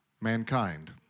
mankind